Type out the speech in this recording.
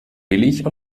billig